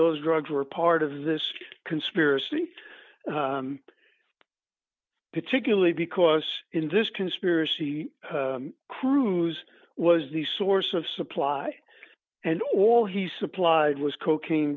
those drugs were part of this conspiracy particularly because in this conspiracy cruz was the source of supply and all he supplied was cocaine